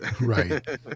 right